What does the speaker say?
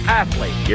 athlete